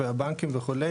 הבנקים וכו',